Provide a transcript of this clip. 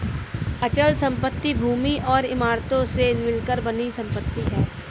अचल संपत्ति भूमि और इमारतों से मिलकर बनी संपत्ति है